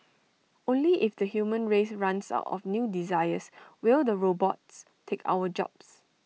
only if the human race runs out of new desires will the robots take our jobs